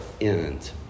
end